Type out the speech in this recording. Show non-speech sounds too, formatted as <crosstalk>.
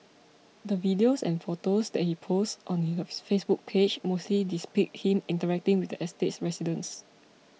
the videos and photos that he posts on <unintelligible> Facebook page mostly depict him interacting with the estate's residents